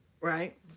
right